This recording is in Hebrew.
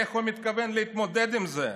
איך הוא מתכוון להתמודד עם זה?